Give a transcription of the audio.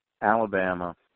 Alabama